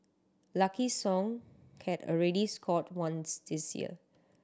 Lucky Song had already scored once this year